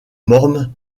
morne